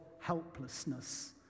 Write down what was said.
helplessness